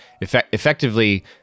effectively